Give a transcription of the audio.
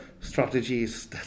strategies